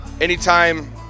Anytime –